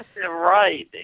Right